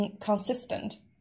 consistent